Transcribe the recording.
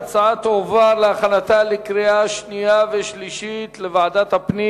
ההצעה תועבר להכנתה לקריאה שנייה וקריאה שלישית לוועדת הפנים